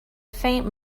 faint